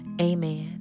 Amen